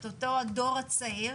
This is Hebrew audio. את אותו הדור הצעיר,